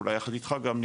אולי יחד איתך גם,